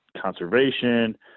conservation